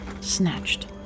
Snatched